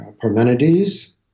Parmenides